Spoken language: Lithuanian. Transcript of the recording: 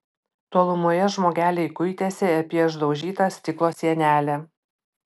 tolumoje žmogeliai kuitėsi apie išdaužytą stiklo sienelę